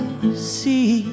see